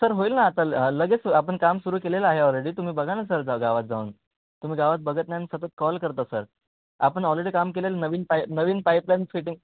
sir होईल ना आता लगेच आपण काम सुरू केलेलं आहे ऑलरेडी तुम्ही बघा ना सर जा गावात जाऊ तुम्ही गावात बघत नाही आणि सतत कॉल करता सर आपण ऑलरेडी काम केलेल नवीन पाई नवीन पाईपलाईन फिटिंग